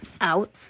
out